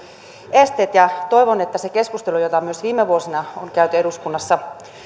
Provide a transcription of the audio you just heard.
esteet toivon että se keskustelu jota myös viime vuosina on käyty eduskunnassa